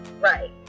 Right